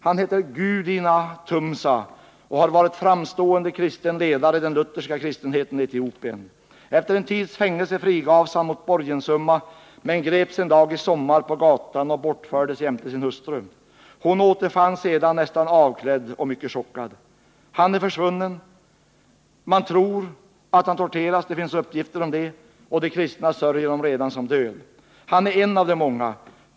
Han heter Gudina Tumsa och har varit en framstående kristen ledare i den lutherska kristenheten i Etiopien. Efter en tids fängelse frigavs han mot en borgenssumma men greps en dag i somras på gatan och bortfördes jämte sin hustru. Hon återfanns sedan nästan avklädd och mycket chockad. Han är försvunnen. Man tror att han torteras — det finns uppgifter om det. Och de kristna sörjer honom redan som död. Han är en av de många.